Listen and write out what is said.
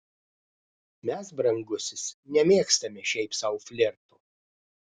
mes brangusis nemėgstame šiaip sau flirto